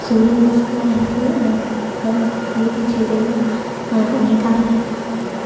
सूर्यनमस्कारः किं क क्रियते चेदेव अनेकाः लाभाः भवन्ति